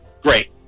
Great